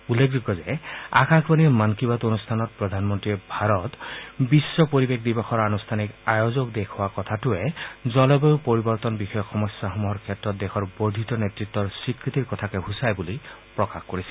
উল্লেখযোগ্য যে আকাশবাণীৰ মন কী বাত অনুষ্ঠানত প্ৰধানমন্ত্ৰীয়ে ভাৰত বিশ্ব পৰিৱেশ দিৱসৰ আনুষ্ঠানিক আয়োজক দেশ হোৱা কথাটোৱে জলবায়ু পৰিৱৰ্তন বিষয়ক সমস্যাসমূহৰ ক্ষেত্ৰত দেশৰ বৰ্ধিত নেতৃত্বৰ স্বীকৃতিৰ কথাকেই সূচায় বুলি প্ৰকাশ কৰিছিল